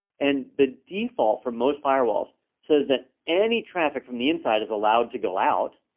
and the default for most firewalls says that any traffic from the inside is allowed to go out,